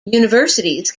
universities